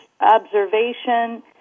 observation